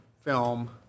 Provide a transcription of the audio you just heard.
film